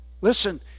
listen